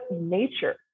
nature